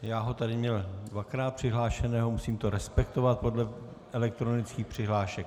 Já ho tady měl dvakrát přihlášeného, musím to respektovat podle elektronických přihlášek.